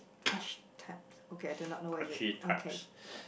hashtag okay I don't know know what is it okay